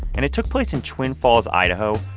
and it took place in twin falls, idaho,